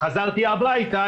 חזרתי הביתה,